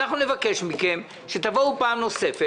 אנחנו נבקש מכם שתבואו פעם נוספת,